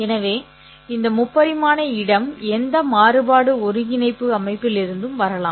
எனவே இந்த முப்பரிமாண இடம் எந்த மாறுபாடு ஒருங்கிணைப்பு அமைப்பிலிருந்தும் வரலாம்